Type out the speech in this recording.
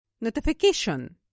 Notification